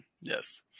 Yes